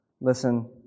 Listen